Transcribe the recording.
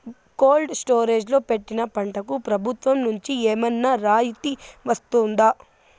Cold storage లో పెట్టిన పంటకు ప్రభుత్వం నుంచి ఏమన్నా రాయితీ వస్తుందా?